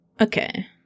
Okay